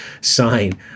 sign